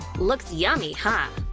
looks yummy, huh?